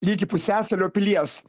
ligi pusiasalio pilies